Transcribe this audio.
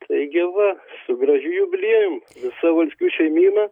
taigi va su gražiu jubiliejum visa valskių šeimyna